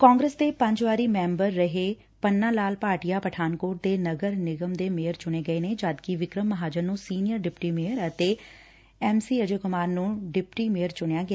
ਕਾਂਗਰਸ ਦੇ ਪੰਜ ਵਾਰੀ ਮੈਂਬਰ ਰਹੇ ਪੰਨਾ ਲਾਲ ਭਾਟੀਆ ਪਠਾਨਕੋਟ ਦੇ ਨਗਰ ਨਿਗਮ ਦੇ ਮੇਅਰ ਚੁਣੇ ਗਏ ਨੇ ਜਦਕਿ ਵਿਕਰਮ ਮਹਾਜਨ ਨੂੰ ਸੀਨੀਅਰ ਡਿਪਟੀ ਮੇਅਰ ਅਤੇ ਐਮ ਸੀ ਅਜੇ ਕੁਮਾਰ ਨੂੰ ਡਿਪਟੀ ਮੇਅਰ ਚੁਣਿਆ ਗਿਆ